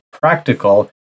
practical